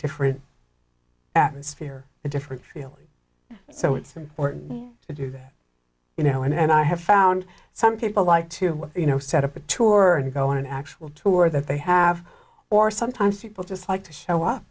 different atmosphere a different feel so it's important to do that you know and i have found some people like to you know set up a tour and go on an actual tour that they have or sometimes people just like to show up